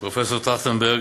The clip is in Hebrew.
פרופסור טרכטנברג,